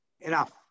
enough